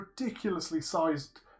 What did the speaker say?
ridiculously-sized